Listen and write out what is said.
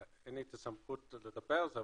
אין לי את הסמכות לדבר על זה,